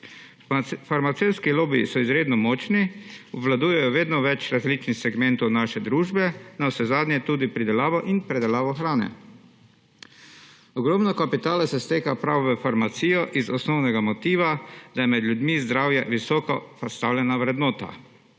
Farmacevtski lobiji so izredno močni, obvladujejo vedno več različnih segmentov naše družbe, navsezadnje tudi pridelavo in predelavo hrane. Ogromno kapitala se steka prav v farmacijo iz osnovnega motiva, da je med ljudmi zdravje visoko postavljena vrednota.